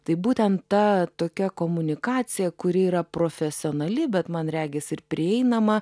tai būtent ta tokia komunikacija kuri yra profesionali bet man regis ir prieinama